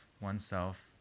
oneself